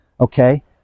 Okay